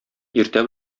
иртә